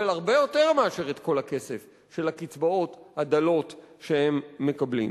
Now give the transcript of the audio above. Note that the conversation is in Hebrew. אבל הרבה יותר מאשר את כל הכסף של הקצבאות הדלות שהם מקבלים.